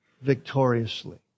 victoriously